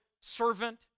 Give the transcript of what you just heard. servant